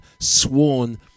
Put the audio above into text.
sworn